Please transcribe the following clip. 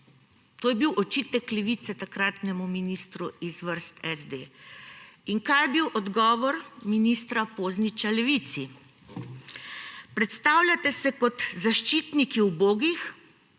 To je bil očitek Levice takratnemu ministru iz vrst SD. In kaj je bil odgovor ministra Pozniča Levici? »Predstavljate se kot zaščitniki ubogih